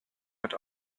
but